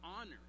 honor